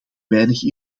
weinig